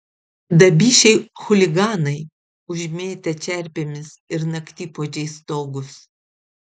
dabišiai chuliganai užmėtę čerpėmis ir naktipuodžiais stogus